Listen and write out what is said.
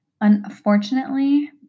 Unfortunately